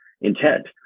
intent